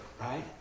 right